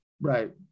Right